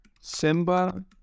Simba